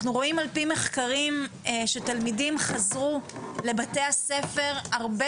אנחנו רואים על פי מחקרים שתלמידים חזרו לבתי הספר הרבה